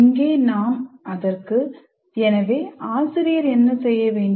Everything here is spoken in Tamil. இங்கே நாம் அதற்கு எனவே ஆசிரியர் என்ன செய்ய வேண்டும்